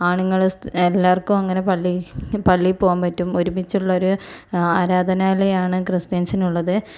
ആണുങ്ങള് എല്ലാവർക്കും അങ്ങനെ പള്ളി പള്ളിയിൽ പോകാൻ പറ്റും ഒരുമിച്ചുള്ളൊരു ആരാധനാലയം ആണ് ക്രിസ്ത്യൻസിനുള്ളത്